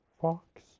Fox